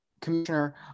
commissioner